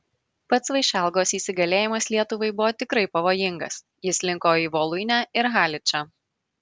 pats vaišelgos įsigalėjimas lietuvai buvo tikrai pavojingas jis linko į voluinę ir haličą